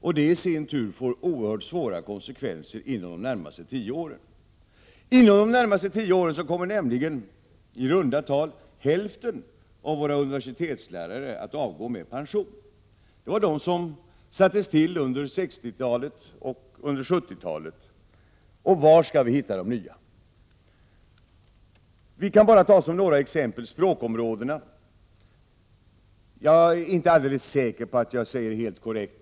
Det kommer i sin tur att få oerhört svåra konsekvenser inom de närmaste tio åren. Inom de närmaste tio åren kommer nämligen, i runda tal, hälften av våra universitetslärare att avgå med pension. Det var de som tillsattes under 1960 och 1970-talet. Var skall vi hitta de nya lärarna? Vi kan ta språkområdet som ett exempel. Jag är inte alldeles säker på att det jag nu säger är helt korrekt.